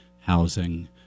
housing